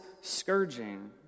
scourging